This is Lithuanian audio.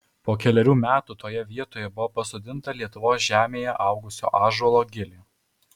po kelerių metų toje vietoj buvo pasodinta lietuvos žemėje augusio ąžuolo gilė